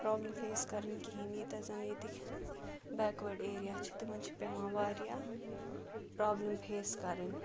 problem face کَرٕنۍ کِہیٖنۍ ییٖتیاہ زَن ییٚتِکۍ بیکوٲڈ ایریا چھِ تِمَن چھِ پٮ۪وان واریاہ پرٛابلِم فیس کَرٕنۍ